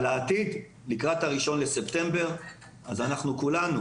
על העתיד: לקראת 1 בספטמבר אנחנו כולנו